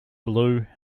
blue